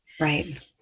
Right